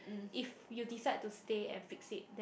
if you decide to stay and fix it then